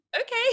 Okay